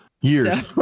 years